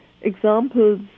Examples